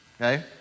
okay